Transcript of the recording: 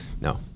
No